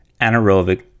anaerobic